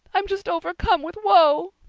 i'm just overcome with woe.